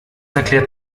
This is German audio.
erklärt